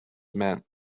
meant